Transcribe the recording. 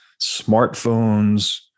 smartphones